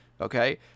Okay